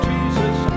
Jesus